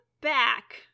back